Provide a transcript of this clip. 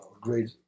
great